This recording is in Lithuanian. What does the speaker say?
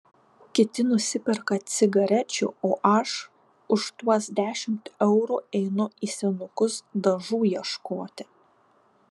kiti nusiperka cigarečių o aš už tuos dešimt eurų einu į senukus dažų ieškoti